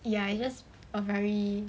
ya it's just a very